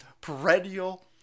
perennial